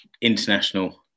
international